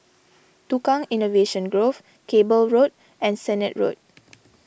Tukang Innovation Grove Cable Road and Sennett Road